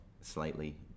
slightly